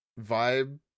vibe